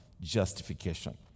justification